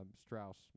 Strauss